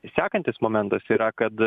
sekantis momentas yra kad